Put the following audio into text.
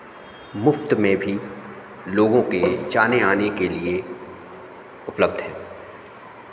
मुफ़्त में भी लोगों के जाने आने के लिए उपलब्ध हैं